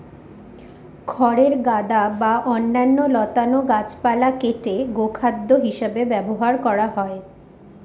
খড়ের গাদা বা অন্যান্য লতানো গাছপালা কেটে গোখাদ্য হিসাবে ব্যবহার করা হয়